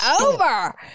over